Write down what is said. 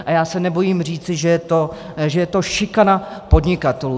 A já se nebojím říci, že to je šikana podnikatelů.